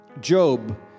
Job